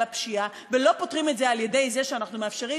הפשיעה ולא פותרים את זה על-ידי זה שאנחנו מאפשרים